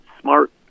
smart